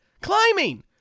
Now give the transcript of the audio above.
Climbing